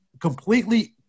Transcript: completely